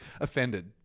Offended